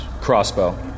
crossbow